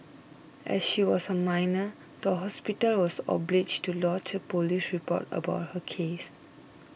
as she was a minor the hospital was obliged to lodge a police report about her case